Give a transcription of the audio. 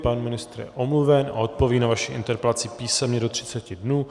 Pan ministr je omluven a odpoví na vaši interpelaci písemně do 30 dnů.